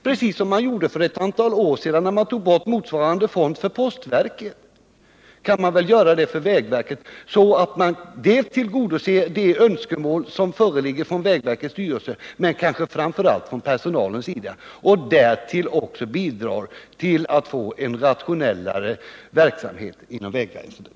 Precis som man gjorde för ett antal år sedan, när man tog bort motsvarande fond för postverket, kan man väl göra det för vägverket, så att man väl tillgodoser de önskemål som föreligger från vägverkets styrelse, men kanske framför allt från personalens sida. Därtill kan man också bidra till en rationellare verksamhet inom vägväsendet.